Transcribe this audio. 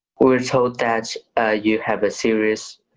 we're told that you have a serious.